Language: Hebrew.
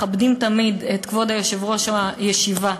מכבדים תמיד את כבוד יושב-ראש הישיבה,